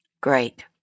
Great